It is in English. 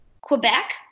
Quebec